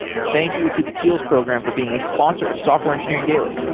thank you to the teals program for being a sponsor of software engineering daily